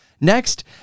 Next